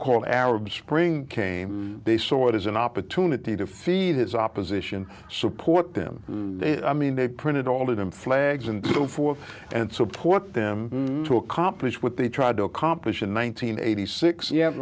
called arab spring came they saw it as an opportunity to feed his opposition support them i mean they printed all of them flags and so forth and support them to accomplish what they tried to accomplish in one thousand nine hundred eighty six yeah